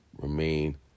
remain